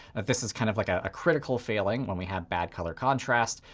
this is kind of like a critical failing when we have bad color contrast.